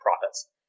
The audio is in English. profits